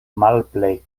malplej